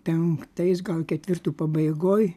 penktais gal ketvirtų pabaigoj